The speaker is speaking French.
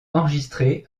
enregistrée